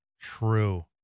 true